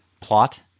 Plot